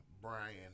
Brian